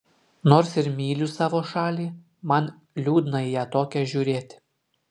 nors ir myliu savo šalį man liūdna į ją tokią žiūrėti